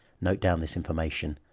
note down this information.